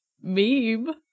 meme